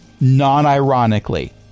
non-ironically